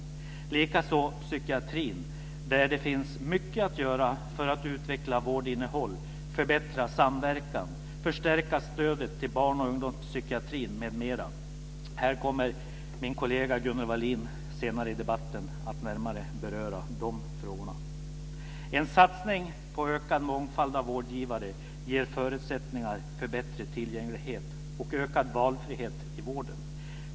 Det är också psykiatrin, där det finns mycket att göra för att utveckla vårdinnehåll, förbättra samverkan, förstärka stödet till barn och ungdomspsykiatrin m.m. Min kollega Gunnel Wallin kommer senare i debatten att närmare beröra dessa frågor. En satsning på ökad mångfald av vårdgivare ger förutsättningar för bättre tillgänglighet och ökad valfrihet i vården.